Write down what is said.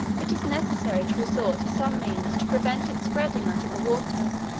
it is necessary to resort to some means to prevent its spreading under the water,